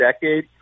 decade